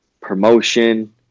promotion